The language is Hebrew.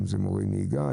אם זה מורי נהיגה,